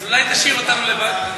אז אולי תשאיר אותנו לבד?